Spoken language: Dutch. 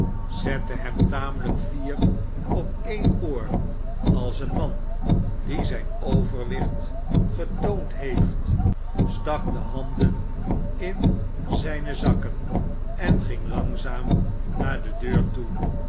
zette hem tamelijk fier op één oor als een man die zijn overwicht getoond heeft stak de handen in zijne zakken en ging langzaam naar de deur toe